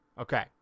okay